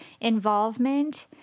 involvement